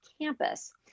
campus